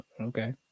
okay